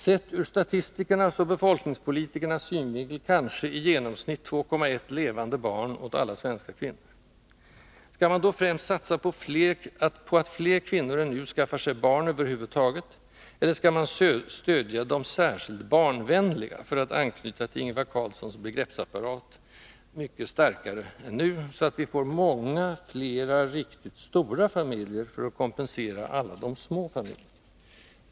Sett ur statistikernas och befolkningspolitikernas synvinkel kanske i genomsnitt 2,1 levande barn åt alla svenska kvinnor. Skall man då främst satsa på att fler kvinnor än nu skaffar sig barn över huvud taget — eller skall man stödja de särskilt barnvänliga, för att anknyta till Ingvar Carlssons begreppsapparat, mycket starkare än nu, så att vi får många flera, riktigt stora familjer för att kompensera alla de små familjerna?